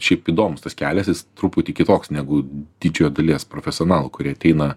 šiaip įdomus tas kelias jis truputį kitoks negu didžiojo dalies profesionalų kurie ateina